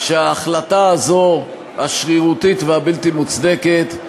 שההחלטה הזו, השרירותית והבלתי-מוצדקת,